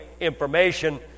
information